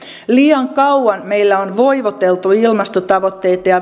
liian kauan meillä on voivoteltu ilmastotavoitteita ja